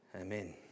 Amen